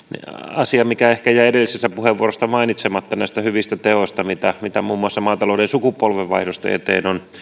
asia mikä ehkä jäi edellisessä puheenvuorossa mainitsematta näistä hyvistä teoista mitä mitä muun muassa maatalouden sukupolvenvaihdosten eteen on